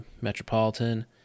Metropolitan